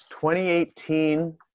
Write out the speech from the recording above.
2018